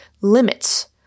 limits